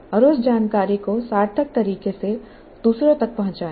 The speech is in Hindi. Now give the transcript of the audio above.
और उस जानकारी को सार्थक तरीके से दूसरों तक पहुंचाएं